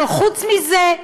אבל חוץ מזה,